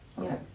Okay